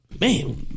Man